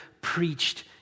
preached